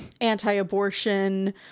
anti-abortion